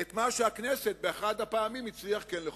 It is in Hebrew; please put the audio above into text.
את מה שהכנסת באחת הפעמים כן הצליחה לחוקק.